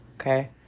okay